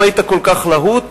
אם היית כל כך להוט,